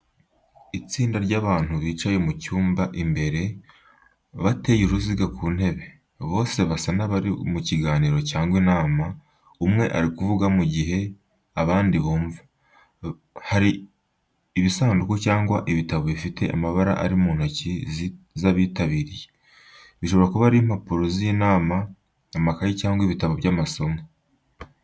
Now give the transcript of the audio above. Itsinda ry’abantu bicaye mu cyumba imbere, bateye uruziga ku ntebe. Bose basa n’abari mu kiganiro cyangwa inama, umwe ari kuvuga mu gihe abandi bumva. Hari ibisanduku cyangwa ibitabo bifite amabara biri mu ntoki z’abitabiriye, bishobora kuba ari impapuro z’inama, amakayi cyangwa ibitabo by’amasomo.